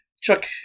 Chuck